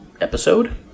episode